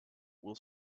will